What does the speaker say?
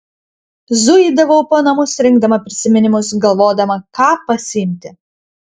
zuidavau po namus rinkdama prisiminimus galvodama ką pasiimti